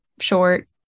short